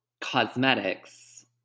cosmetics